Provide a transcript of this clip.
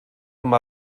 amb